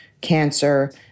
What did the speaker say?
cancer